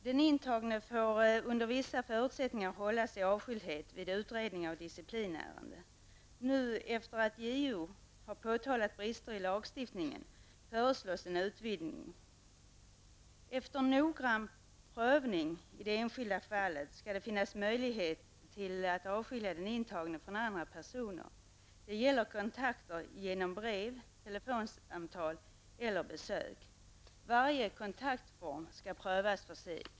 Den intagne får under vissa förutsättningar hållas i avskildhet vid utredning av disciplinärende. Efter det att JO nu har påtalat brister i lagstiftningen, föreslås en utvidgning. Efter noggrann prövning i det enskilda fallet skall det finnas möjligheter att avskilja den intagne från andra personer. Det gäller kontakter genom brev, telefonsamtal eller besök. Varje kontaktform skall prövas för sig.